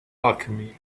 alchemy